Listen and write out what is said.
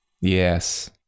yes